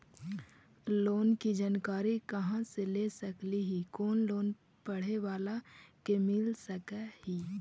Loan की जानकारी कहा से ले सकली ही, कोन लोन पढ़े बाला को मिल सके ही?